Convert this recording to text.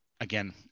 again